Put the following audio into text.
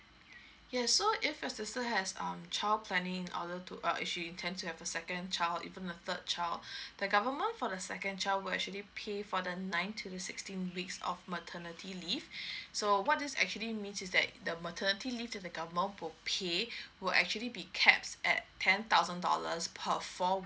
yes so if your sister has um child planning in order to err she intend to have a second child even the third child the government for the second child will actually pay for the nine to the sixteen weeks of maternity leave so what is actually means is that the maternity leave that the government would pay will actually be caps at ten thousand dollars per four